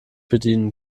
bedienen